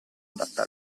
adatta